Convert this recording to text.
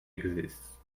exists